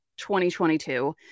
2022